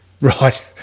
Right